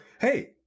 hey